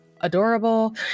adorable